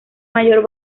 mayor